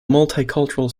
multicultural